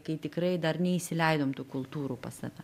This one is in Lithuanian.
kai tikrai dar neįsileidom tų kultūrų pas save